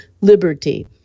liberty